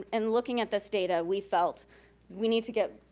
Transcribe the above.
and looking at this data, we felt we need to get,